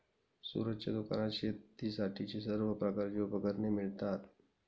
सूरजच्या दुकानात शेतीसाठीची सर्व प्रकारची उपकरणे मिळतात